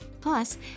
plus